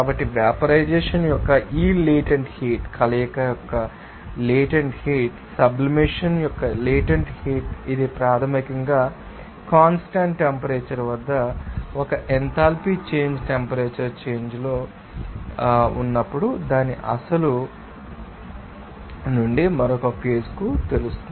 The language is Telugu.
కాబట్టి వేపరైజెషన్ యొక్క ఈ లేటెంట్ హీట్ కలయిక యొక్క లేటెంట్ హీట్ సబ్లిమేషన్ యొక్క లేటెంట్ హీట్ ఇది ప్రాథమికంగా కాన్స్టాంట్ టెంపరేచర్ వద్ద ఒక ఎంథాల్పీ చేంజ్ టెంపరేచర్ చేంజ్ మీలో చేంజ్ ఉన్నప్పుడు దాని అసలు నుండి మరొక ఫేజ్ కు తెలుసు